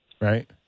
right